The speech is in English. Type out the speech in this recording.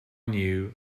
knew